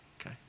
okay